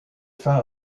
fin